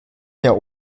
der